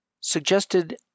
suggested